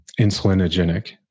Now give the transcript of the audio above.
insulinogenic